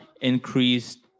increased